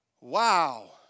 Wow